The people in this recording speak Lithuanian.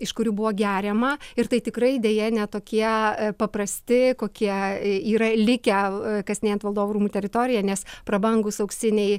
iš kurių buvo geriama ir tai tikrai deja ne tokie paprasti kokie yra likę kasinėjant valdovų rūmų teritoriją nes prabangūs auksiniai